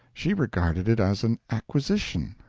she regarded it as an acquisition,